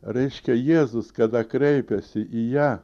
reiškia jėzus kada kreipėsi į ją